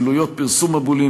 גלויות פרסום הבולים,